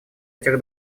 этих